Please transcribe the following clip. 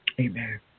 Amen